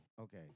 okay